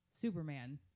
Superman